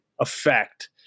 effect